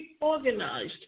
organized